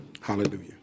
Hallelujah